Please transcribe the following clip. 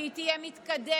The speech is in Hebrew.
שהיא תהיה מתקדמת,